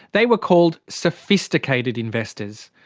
they were called sophisticated investors.